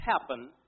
happen